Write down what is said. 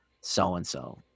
so-and-so